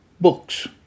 books